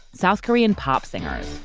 south korean pop singers